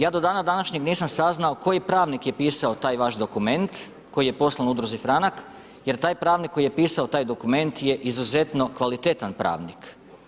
Ja do dana današnjeg nisam saznao koji pravnik je pisao tak vaš dokument koji je poslan udruzi Franak jer taj pravnik koji je pisao taj dokument je izuzetno kvalitetan pravnik.